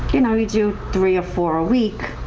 you know we do three a four a week.